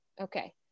Okay